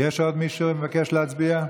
יש עוד מישהו שמבקש להצביע?